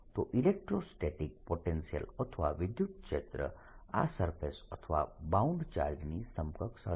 તો electrostatic potential અથવા વિદ્યુતક્ષેત્ર આ સરફેસ અથવા બાઉન્ડ ચાર્જની સમકક્ષ હશે